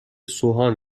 سوهان